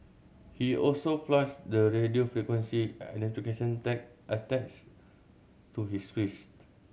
he also flushed the radio frequency identification tag attached to his wrist